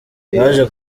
yaje